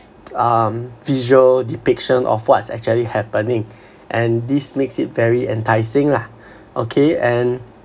um visual depiction of what's actually happening and this makes it very enticing lah okay and